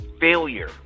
failure